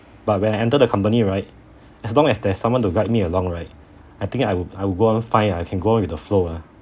but when I enter the company right as long as there's someone to guide me along right I think I would I would go on fine I can go with the flow ah